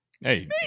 Hey